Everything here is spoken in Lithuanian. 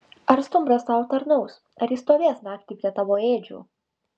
ar stumbras tau tarnaus ar jis stovės naktį prie tavo ėdžių